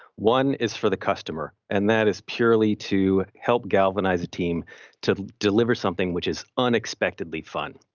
one is for the customer. and that is purely to help galvanize a team to deliver something which is unexpectedly fun.